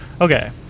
Okay